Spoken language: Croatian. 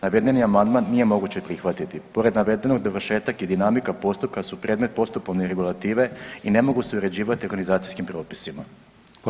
Navedeni amandman nije moguće prihvatiti, pored navedenog dovršetak i dinamika postupka su predmet postupovne regulative i ne mogu se uređivati organizacijskim propisima.